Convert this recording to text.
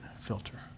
filter